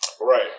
Right